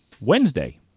Wednesday